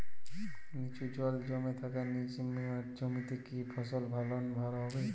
নিচু জল জমে থাকা জমিতে কি ফসল ফলন ভালো হবে?